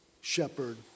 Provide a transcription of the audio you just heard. shepherd